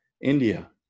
India